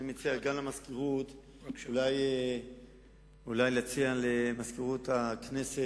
אני מציע אולי להציע למזכירות הכנסת